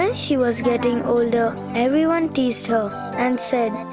ah she was getting older, everyone teased her and said,